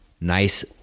nice